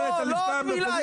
לא עוד מילה,